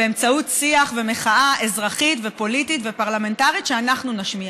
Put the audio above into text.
באמצעות שיח ומחאה אזרחית ופוליטית ופרלמנטרית שאנחנו נשמיע.